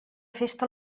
festa